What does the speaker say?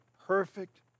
perfect